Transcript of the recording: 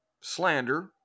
slander